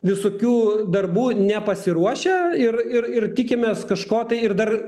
visokių darbų nepasiruošę ir ir ir tikimės kažko tai ir dar